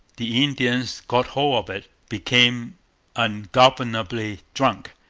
the indians got hold of it, became ungovernably drunk,